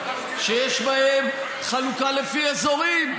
שיש בהן חלוקה לפי אזורים.